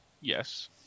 yes